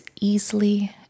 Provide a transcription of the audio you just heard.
easily